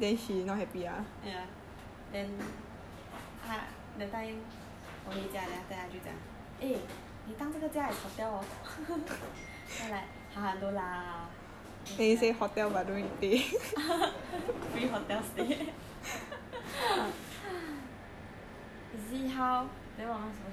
ya then 她 that time 我回家 then after that 她就讲 eh 你当这个家 as hotel hor then I am like haha no lah free hotel stay you see how then what am I supposed to do now